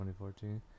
2014